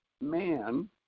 man